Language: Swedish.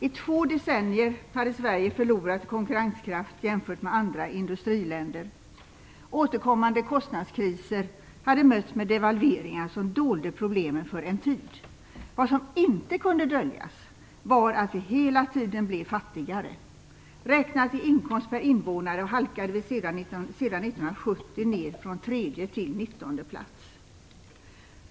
I två decennier hade Sverige förlorat konkurrenskraft jämfört med andra industriländer. Återkommande kostnadskriser hade mötts med devalveringar som dolde problemen för en tid. Vad som inte kunde döljas var att vi hela tiden blev fattigare. Räknat i inkomst per invånare halkade vi sedan 1970 ned från tredje till nittonde plats.